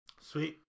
Sweet